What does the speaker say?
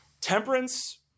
Temperance